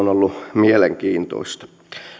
on ollut mielenkiintoista